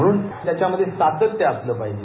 म्हणून त्याच्यामधे सातत्य असलं पाहिजे